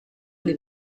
les